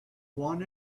want